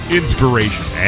inspiration